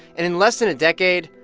and in less than a decade,